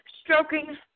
stroking